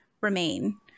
remain